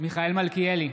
מיכאל מלכיאלי,